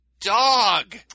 dog